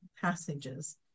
passages